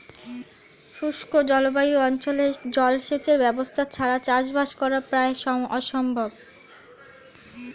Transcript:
শুষ্ক জলবায়ু অঞ্চলে জলসেচের ব্যবস্থা ছাড়া চাষবাস করা প্রায় অসম্ভব